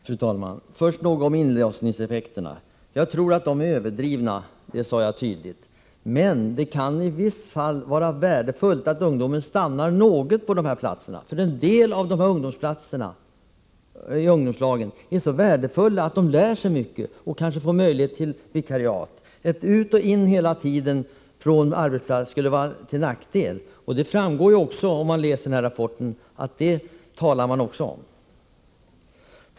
Fru talman! Först något om inlåsningseffekterna. Jag tror att de är överdrivna, det sade jag tydligt. Men det kan i vissa fall vara värdefullt att ungdomarna stannar en tid på dessa platser, eftersom en del av dessa ungdomslag är så värdefulla att ungdomarna lär sig mycket och kanske får möjlighet till vikariat. Ett hoppande från den ena arbetsplatsen till den andra skulle vara till nackdel, vilket framgår av den här rapporten.